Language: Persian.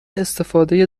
استفاده